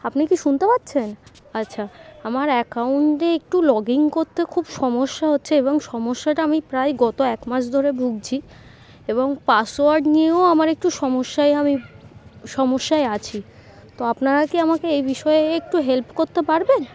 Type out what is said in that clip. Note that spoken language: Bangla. আপনি কি শুনতে পাচ্ছেন আচ্ছা আমার অ্যাকাউন্টে একটু লগ ইন করতে খুব সমস্যা হচ্ছে এবং সমস্যাটা আমি প্রায় গত এক মাস ধরে ভুগছি এবং পাসওয়ার্ড নিয়েও আমার একটু সমস্যায় আমি সমস্যায় আছি তো আপনারা কি আমাকে এই বিষয়ে একটু হেল্প করতে পারবেন